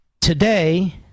Today